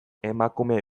emakume